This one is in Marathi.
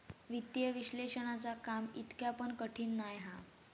वित्तीय विश्लेषणाचा काम इतका पण कठीण नाय हा